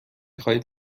خواهید